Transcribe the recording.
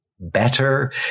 better